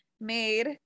made